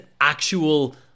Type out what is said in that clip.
actual